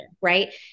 Right